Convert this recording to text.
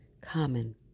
common